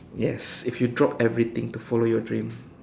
yes if you drop everything to follow your dream